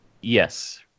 Yes